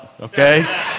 Okay